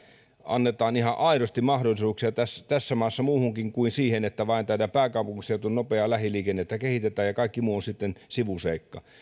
annetaan tässä maassa ihan aidosti mahdollisuuksia muuhunkin kuin siihen että vain pääkaupunkiseudun nopeaa lähiliikennettä kehitetään ja kaikki muu on sitten sivuseikka